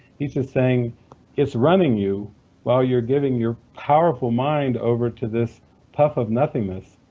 he's just saying it's running you while you're giving your powerful mind over to this puff of nothingness.